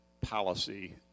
policy